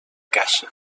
caixa